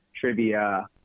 Trivia